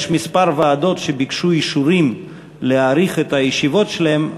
יש כמה ועדות שביקשו אישורים להאריך את הישיבות שלהן.